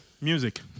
music